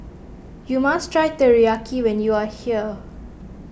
you must try Teriyaki when you are here